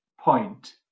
point